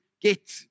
get